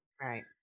Right